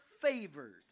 favored